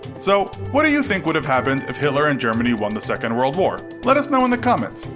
so what do you think would have happened if hitler and germany won the second world war? let us know in the comments!